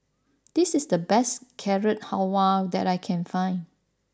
this is the best Carrot Halwa that I can find